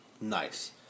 Nice